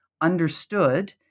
understood